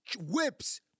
whips